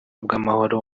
bw’amahoro